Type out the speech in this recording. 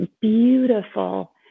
beautiful